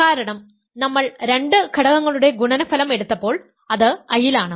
കാരണം നമ്മൾ രണ്ട് ഘടകങ്ങളുടെ ഗുണനഫലം എടുത്തപ്പോൾ അത് I ലാണ്